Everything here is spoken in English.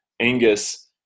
Angus